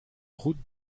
route